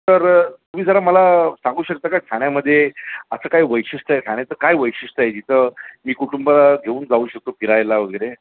तर तुम्ही जरा मला सांगू शकता का ठाण्यामध्ये असं काय वैशिष्ट्य आहे ठाण्याचं काय वैशिष्ट्य आहे जिथं मी कुटुंब घेऊन जाऊ शकतो फिरायला वगैरे